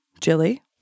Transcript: Jilly